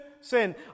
sin